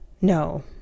no